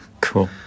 Cool